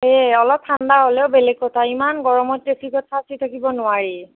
সেয়ে অলপ ঠাণ্ডা হ'লেও বেলেগ কথা ইমান গৰমত ট্ৰেফিকত ফাচি থাকিব নোৱাৰি